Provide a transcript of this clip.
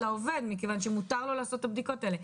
לעובד מכיוון שמותר לו לעשות את הבדיקות האלה.